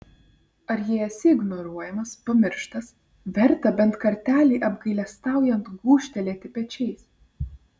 ar jei esi ignoruojamas pamirštas verta bent kartelį apgailestaujant gūžtelėti pečiais